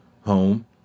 home